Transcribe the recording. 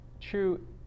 true